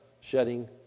shedding